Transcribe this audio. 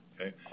Okay